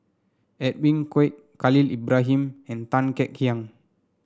Edwin Koek Khalil Ibrahim and Tan Kek Hiang